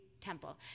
temple